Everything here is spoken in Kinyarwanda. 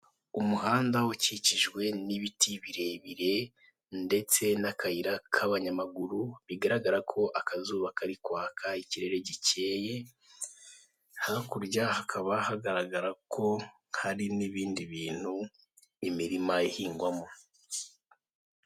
Umuhanda ukikijwe n'ibiti birebire ndetse n'akayira k'abanyamaguru bigaragara ko akazuba kari kuhaka ikirere gikeye, hakurya hakaba hagaragara ko hari n'ibindi bintu imirima ihingwamo.